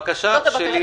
זאת הבקשה.